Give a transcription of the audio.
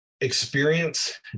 experience